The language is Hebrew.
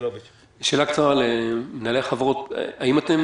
שאלה קצרה למנהלי החברות: האם אתם